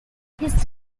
his